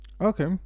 Okay